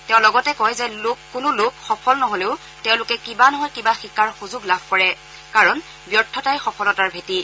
তেওঁ লগতে কয় যে কোনো লোক সফল নহলেও তেওঁলোকে কিবা নহয় কিবা শিকাৰ সুযোগ লাভ কৰে কাৰণ ব্যৰ্থতাই সফলতাৰ ভেটি